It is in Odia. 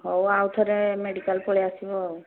ହଉ ଆଉ ଥରେ ମେଡ଼ିକାଲ୍ ପଳାଇ ଆସିବ ଆଉ